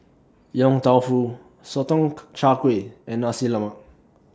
Yong Tau Foo Sotong Char Kway and Nasi Lemak